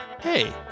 Hey